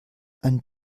ein